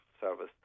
service